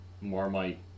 Marmite